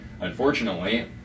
Unfortunately